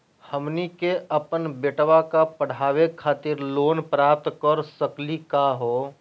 हमनी के अपन बेटवा क पढावे खातिर लोन प्राप्त कर सकली का हो?